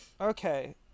Okay